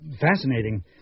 fascinating